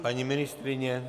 Paní ministryně?